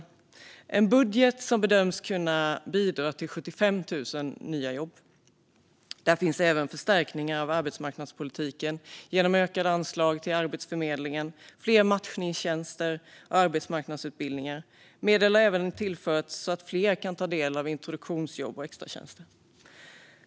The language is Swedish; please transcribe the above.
Det är en budget som bedöms kunna bidra till 75 000 nya jobb. Där finns även förstärkningar av arbetsmarknadspolitiken genom ökade anslag till Arbetsförmedlingen, fler matchningstjänster och arbetsmarknadsutbildningar. Medel har även tillförts så att fler kan ta del av introduktionsjobb och extratjänster.